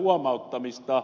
huomauttamista